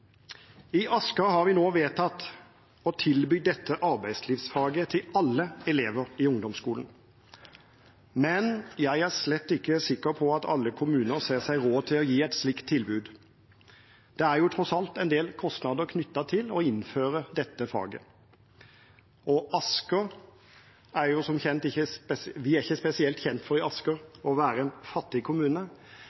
I Asker har vi nå vedtatt å tilby dette arbeidslivsfaget til alle elever i ungdomsskolen, men jeg er slett ikke sikker på at alle kommuner ser seg råd til å gi et slikt tilbud. Det er tross alt en del kostnader knyttet til å innføre dette faget. Asker er ikke spesielt kjent for